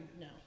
No